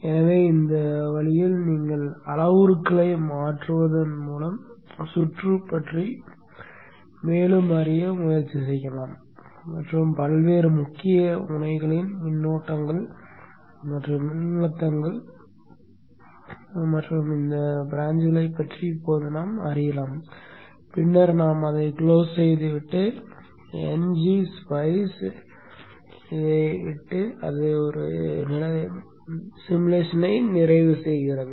எனவே இந்த வழியில் நீங்கள் அளவுருக்களை மாற்றுவதன் மூலம் சுற்று பற்றி மேலும் அறிய முயற்சி செய்யலாம் மற்றும் பல்வேறு முக்கிய முனைகளின் மின்னோட்டங்கள் மற்றும் மின்னழுத்தங்கள் ஐ விட்டு அது உருவகப்படுத்துதலை நிறைவு செய்கிறது